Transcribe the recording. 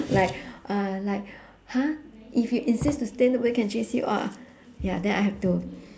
like uh like !huh! if you insist to stay nobody can chase you out ah ya then I have to